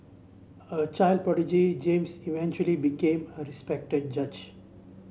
a child prodigy James eventually became a respected judge